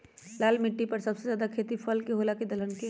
लाल मिट्टी पर सबसे ज्यादा खेती फल के होला की दलहन के?